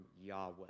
Yahweh